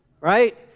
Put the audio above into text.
right